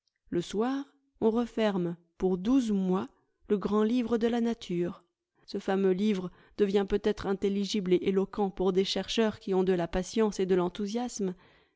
le soir on referme pour douze mois le grand livre de la nature ce fameux livre devient peut-être intelligible et éloquent pour des chercheurs qui ont de la patience et de l'enthousiasme